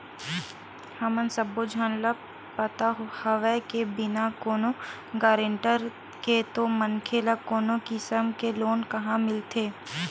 हमन सब्बो झन ल पता हवय के बिना कोनो गारंटर के तो मनखे ल कोनो किसम के लोन काँहा मिलथे